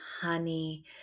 honey